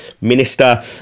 minister